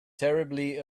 terribly